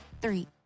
three